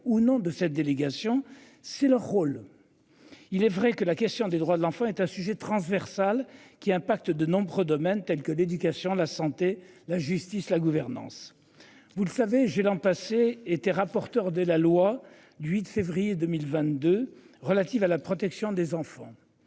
ou non de cette délégation, c'est leur rôle. Il est vrai que la question des droits de l'enfant est un sujet transversal qui impacte de nombreux domaines tels que l'éducation, la santé, la justice la gouvernance. Vous le savez j'ai l'an passé était rapporteur de la loi du 8 février 2022 relatives à la protection des enfants.